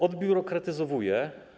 Odbiurokratyzowuje.